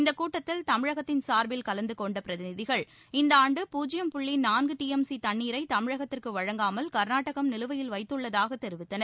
இந்தக் கூட்டத்தில் தமிழகத்தின் சார்பில் கலந்து கொண்ட பிரதிநிதிகள் இந்த ஆண்டு பூஜ்யம் புள்ளி நான்கு டிஎம்சி தண்ணீரை தமிழகத்திற்கு வழங்காமல் கர்நாடகம் நிலுவையில் வைத்துள்ளதாக தெரிவித்தனர்